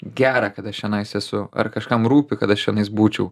gera kad aš čionais sesuo ar kažkam rūpi kad aš čionais būčiau